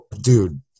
dude